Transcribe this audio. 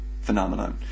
phenomenon